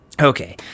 Okay